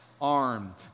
arm